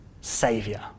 Saviour